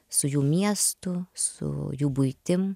su jų miestu su jų buitim